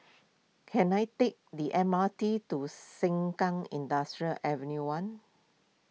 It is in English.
can I take the M R T to Sengkang Industrial Avenue one